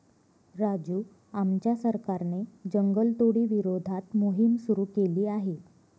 राजू आमच्या सरकारने जंगलतोडी विरोधात मोहिम सुरू केली आहे